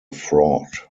fraud